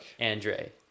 Andre